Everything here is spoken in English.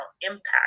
impact